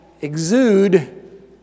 exude